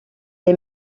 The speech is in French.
est